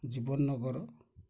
ଜୀବନ ନଗର